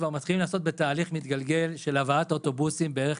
כבר מתחילים לעסוק בתהליך מתגלגל של הבאת אוטובוסים לארץ,